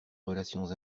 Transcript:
relations